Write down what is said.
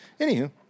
Anywho